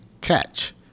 catch